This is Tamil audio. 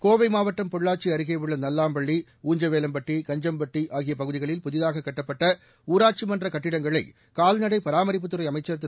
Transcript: கோவை மாவட்டம் பொள்ளாச்சி அருகேயுள்ள நல்லாம்பள்ளி ஊஞ்சவேலம்பட்டி கஞ்சம்பட்டி ஆகிய பகுதிகளில் புதிதாக கட்டப்பட்ட ஊராட்சி மன்ற கட்டிடங்களை கால்நடை பராமரிப்புத்துறை அமைச்சர் திரு